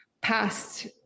past